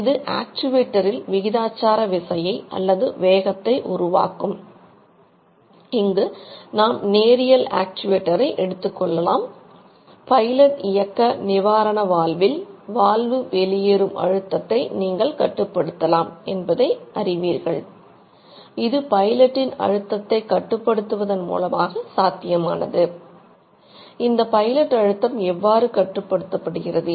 இது ஆக்சுவேட்டரில் பொருத்துவதன் மூலமாக அழுத்தம் கட்டுப்படுத்தப்பட்டது